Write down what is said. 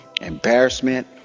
embarrassment